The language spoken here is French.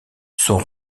sont